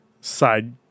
side